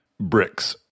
bricks